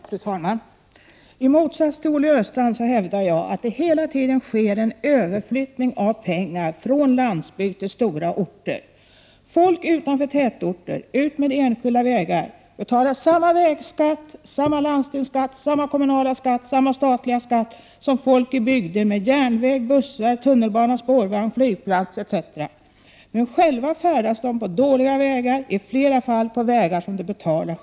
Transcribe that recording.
Fru talman! I motsats till Olle Östrand hävdar jag att det hela tiden sker en överflyttning av pengar från landsbygd till stora orter. Folk utanför tätorter och utmed enskilda vägar betalar samma vägskatt, samma landstingsskatt, samma kommunalskatt och samma statsskatt som folk i bygder med järnväg, bussar, tunnelbana, spårvagn, flygplats, etc., men själva färdas de på dåliga vägar, i flera fall på vägar som de själva betalar.